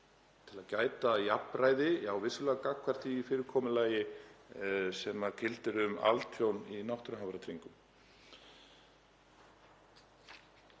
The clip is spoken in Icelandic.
til að gæta að jafnræði, já, vissulega gagnvart því fyrirkomulagi sem gildir um altjón í náttúruhamfaratryggingum.